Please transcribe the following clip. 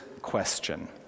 question